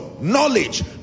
knowledge